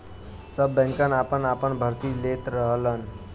सब बैंकन आपन आपन भर्ती लेत रहलन